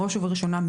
בראש ובראשונה,